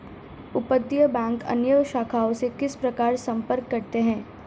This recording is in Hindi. अपतटीय बैंक अन्य शाखाओं से किस प्रकार संपर्क करते हैं?